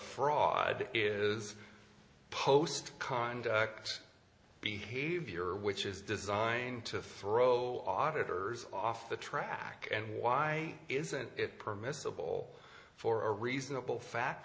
fraud is post conduct behavior which is designed to fro auditors off the track and why isn't it permissible for a reasonable fact